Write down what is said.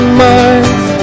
minds